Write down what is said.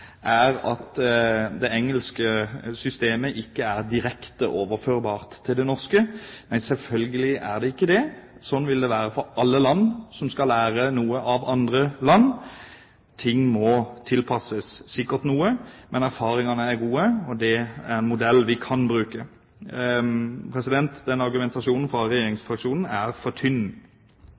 er at det engelske systemet ikke er direkte overførbart til det norske. Selvfølgelig er det ikke det. Sånn vil det være for alle land som skal lære noe av andre land. Ting må sikkert tilpasses noe. Men erfaringene er gode, og det er en modell vi kan bruke. Argumentasjonen fra regjeringsfraksjonen er for tynn.